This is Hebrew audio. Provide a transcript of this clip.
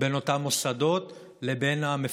בין אותם מוסדות לבין המפקחים.